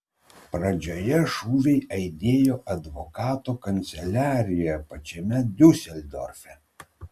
pradžioje šūviai aidėjo advokato kanceliarijoje pačiame diuseldorfe